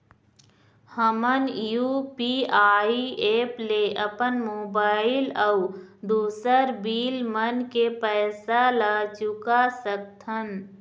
हमन UPI app ले अपन मोबाइल अऊ दूसर बिल मन के पैसा ला चुका सकथन